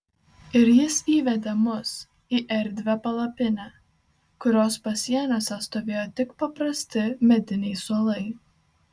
ir jis įvedė mus į erdvią palapinę kurios pasieniuose stovėjo tik paprasti mediniai suolai